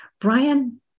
Brian